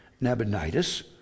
Nabonidus